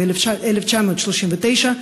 ב-1939,